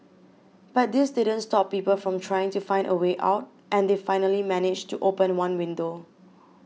but this didn't stop people from trying to find a way out and they finally managed to open one window